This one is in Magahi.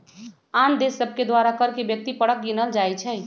आन देश सभके द्वारा कर के व्यक्ति परक गिनल जाइ छइ